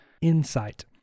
insight